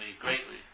greatly